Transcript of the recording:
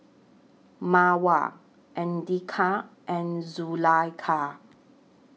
Mawar Andika and Zulaikha